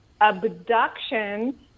abduction